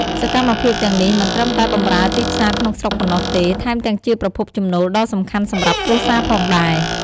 សកម្មភាពទាំងនេះមិនត្រឹមតែបម្រើទីផ្សារក្នុងស្រុកប៉ុណ្ណោះទេ ថែមទាំងជាប្រភពចំណូលដ៏សំខាន់សម្រាប់គ្រួសារផងដែរ។